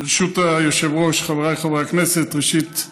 ברשות היושב-ראש, חבריי חברי הכנסת, ראשית,